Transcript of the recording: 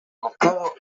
mercado